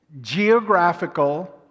geographical